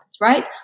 right